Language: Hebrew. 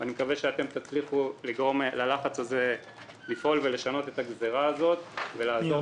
אני מקווה שאתם תצליחו לגרום ללחץ לפעול ולשנות את הגזירה הזאת ולעזור